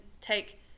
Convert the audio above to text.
take